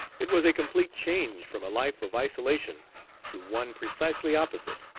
it was a complete change from a life of isolation to one precisely opposite.